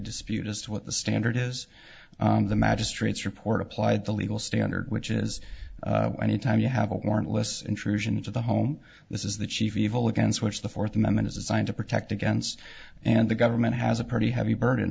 dispute as to what the standard is the magistrate's report applied the legal standard which is anytime you have a warrantless intrusion into the home this is the chief evil against which the fourth amendment is designed to protect against and the government has a pretty heavy burden